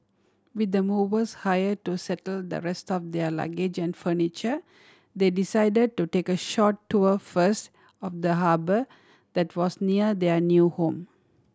with the movers hire to settle the rest of their luggage and furniture they decided to take a short tour first of the harbour that was near their new home